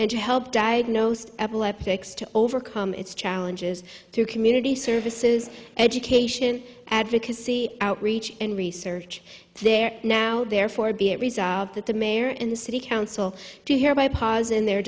and to help diagnosed epileptics to overcome its challenges to community services education advocacy outreach and research there now therefore be it resolved that the mayor and the city council to hear by pas in their